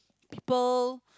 people